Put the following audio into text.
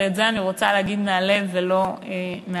ואת זה אני רוצה להגיד מהלב ולא מהדף: